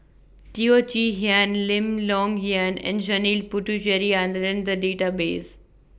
Teo Chee Hean Lim Long Yiang and Janil Puthucheary and in The Database